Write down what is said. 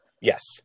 Yes